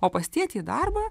o pas tėtį į darbą